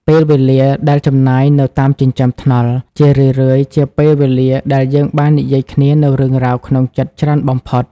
ពេលវេលាដែលចំណាយនៅតាមចិញ្ចើមថ្នល់ ជារឿយៗជាពេលវេលាដែលយើងបាននិយាយគ្នានូវរឿងរ៉ាវក្នុងចិត្តច្រើនបំផុត។